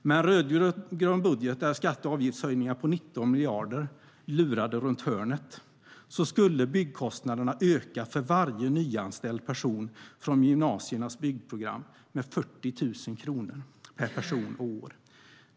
Med en rödgrön budget, där skatte och avgiftshöjningar på 19 miljarder lurar runt hörnet, skulle byggkostnaderna öka för varje nyanställd från gymnasiernas byggprogram med 40 000 kronor per person och år.